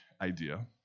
idea